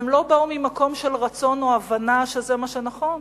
הן לא באו ממקום של רצון או הבנה שזה מה שנכון.